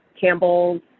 Campbell's